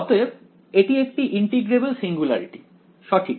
অতএব এটি একটি ইন্টিগ্রেবেল সিঙ্গুলারিটি সঠিক